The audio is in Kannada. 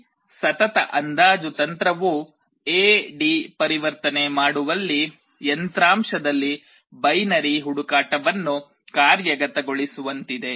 ಈ ಸತತ ಅಂದಾಜು ತಂತ್ರವು ಎ ಡಿ ಪರಿವರ್ತನೆ ಮಾಡುವಲ್ಲಿ ಯಂತ್ರಾಂಶದಲ್ಲಿ ಬೈನರಿ ಹುಡುಕಾಟವನ್ನು ಕಾರ್ಯಗತಗೊಳಿಸುವಂತಿದೆ